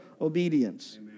obedience